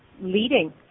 leading